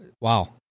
wow